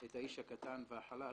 את האיש הקטן והחלש,